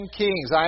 kings